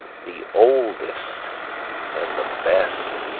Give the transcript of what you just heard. the oldest and the best,